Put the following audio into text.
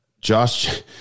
Josh